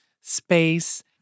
space